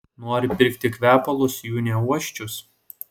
nori pirkti kvepalus jų neuosčius